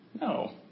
No